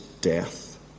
death